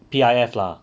P_I_F lah